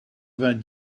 vingt